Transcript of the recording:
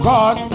God